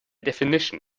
definition